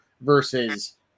versus